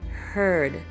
heard